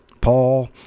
Paul